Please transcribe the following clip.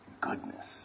goodness